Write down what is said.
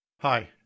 Hi